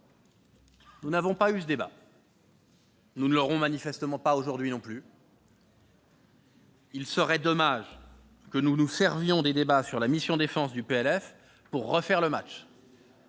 Nous n'avons pas eu ce débat ; nous ne l'aurons manifestement pas non plus aujourd'hui. Il serait dommage que nous nous servions des discussions sur la mission « Défense » du PLF pour refaire le match.